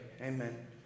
amen